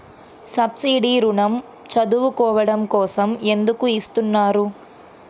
Subsidy ఋణం చదువుకోవడం కోసం ఎందుకు ఇస్తున్నారు?